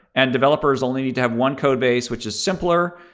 and developers only need to have one code base, which is simpler.